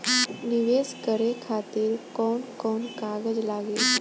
नीवेश करे खातिर कवन कवन कागज लागि?